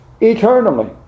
eternally